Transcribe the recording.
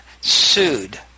sued